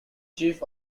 chief